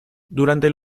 durante